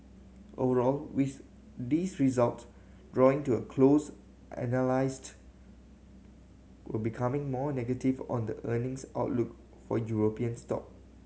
overall with these result drawing to a close analyst were becoming more negative on the earnings outlook for European stock